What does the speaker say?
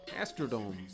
Astrodome